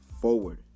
forward